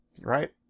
right